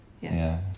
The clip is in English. Yes